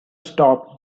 stop